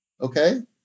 okay